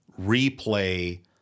replay